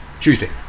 Tuesday